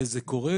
זה קורה.